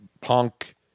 punk